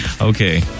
okay